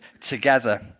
together